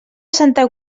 santa